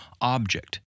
object